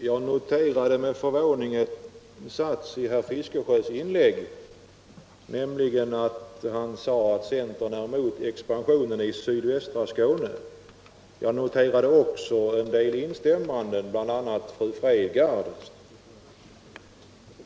Herr talman! Jag noterade med förvåning en sats i herr Fiskesjös inlägg, nämligen att centern är emot expansionen i sydvästra Skåne. Jag noterade också en del instämmanden, bl.a. från fru Fredgardh.